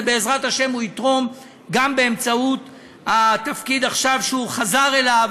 ובעזרת השם הוא יתרום גם באמצעות התפקיד עכשיו שהוא חזר אליו,